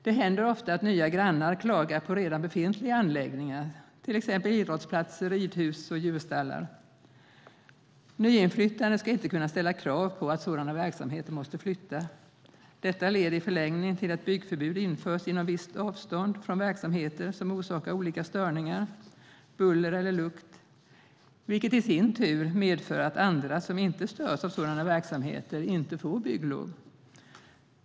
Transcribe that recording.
Det händer ofta att nya grannar klagar på redan befintliga anläggningar, till exempel idrottsplatser, ridhus och djurstallar. Nyinflyttade ska inte kunna ställa krav på att sådana verksamheter måste flytta. Detta leder i förlängningen till att byggförbud införs inom visst avstånd från verksamheter som orsakar olika störningar, buller eller lukt. Det medför i sin tur att andra, som inte störs av sådan verksamhet, inte får bygglov.